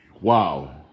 wow